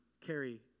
carry